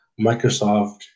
Microsoft